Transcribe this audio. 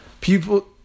People